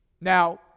Now